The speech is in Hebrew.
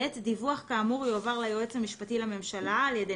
(ב)דיווח כאמור יועבר ליועץ המשפטי לממשלה על ידי